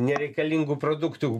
nereikalingų produktų